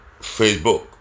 Facebook